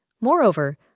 Moreover